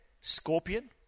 scorpion